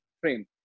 frame